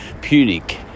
Punic